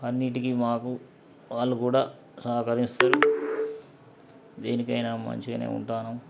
అన్నిటికి మాకు వాళ్ళు కూడా సహరిస్తారు దేనికైనా మంచిగానే ఉంటున్నాం